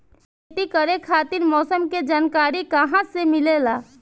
खेती करे खातिर मौसम के जानकारी कहाँसे मिलेला?